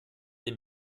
den